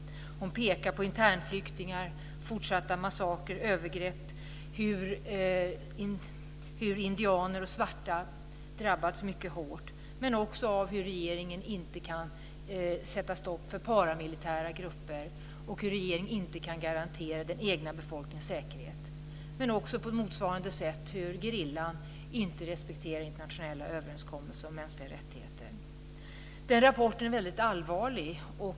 Hon pekar på internflyktingar, fortsatta massakrer och övergrepp och på hur indianer och svarta drabbats mycket hårt, men också på hur regeringen inte kan sätta stopp för paramilitära grupper och inte kan garantera den egna befolkningen säkerhet. På motsvarande sätt respekterar inte gerillan internationella överenskommelser om mänskliga rättigheter. Rapporten är väldigt allvarlig.